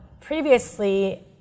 previously